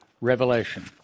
Revelation